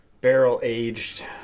barrel-aged